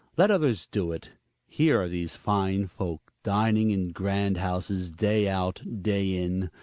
let others do it here are these fine folk dining in grand houses day out, day in.